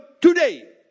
today